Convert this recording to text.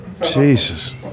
Jesus